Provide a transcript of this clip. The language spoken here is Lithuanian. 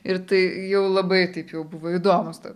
ir tai jau labai taip jau buvo įdomus ta